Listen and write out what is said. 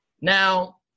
Now